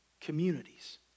communities